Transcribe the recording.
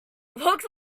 looks